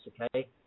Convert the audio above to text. Okay